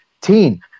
teen